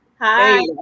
hi